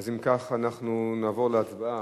אם כך, אנחנו נעבור להצבעה.